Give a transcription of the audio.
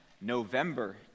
November